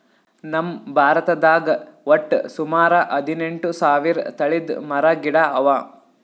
ನಮ್ ಭಾರತದಾಗ್ ವಟ್ಟ್ ಸುಮಾರ ಹದಿನೆಂಟು ಸಾವಿರ್ ತಳಿದ್ ಮರ ಗಿಡ ಅವಾ